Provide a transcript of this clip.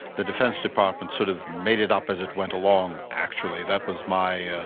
the defence department sort of made it up as it went along actually, that was my,